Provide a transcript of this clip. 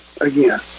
again